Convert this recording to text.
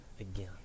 again